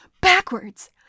backwards